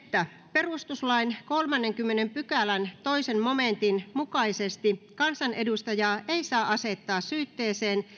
perustuslain kolmannenkymmenennen pykälän toisen momentin mukaisesti kansanedustajaa ei saa asettaa syytteeseen